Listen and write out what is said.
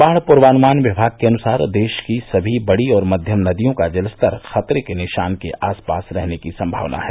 बाढ़ पूर्वानुमान विमाग के अनुसार देश की सभी बड़ी और मध्यम नदियों का जलस्तर खतरे के निशान के आसपास रहने की संभावना है